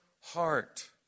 heart